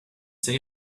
say